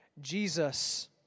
Jesus